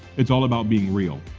it's all about being real,